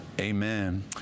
Amen